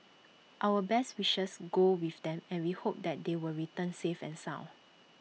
our best wishes go with them and we hope that they will return safe and sound